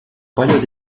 paljud